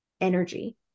energy